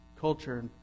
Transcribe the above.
culture